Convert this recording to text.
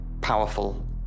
powerful